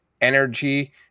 energy